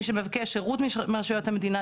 מי שמבקש שירות מרשויות המדינה,